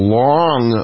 long